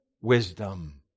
wisdom